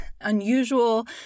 unusual